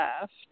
left